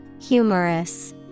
Humorous